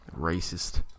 Racist